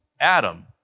Adam